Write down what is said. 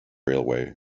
railway